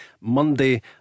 Monday